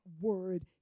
word